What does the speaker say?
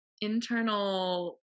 internal